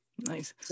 Nice